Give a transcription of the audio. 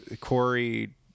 Corey